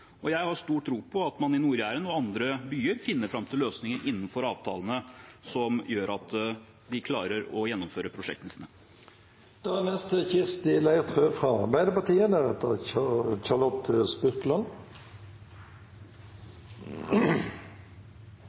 Jeg har stor tro på at man i Nord-Jæren og i andre byer finner fram til løsninger innenfor avtalene som gjør at de klarer å gjennomføre prosjektene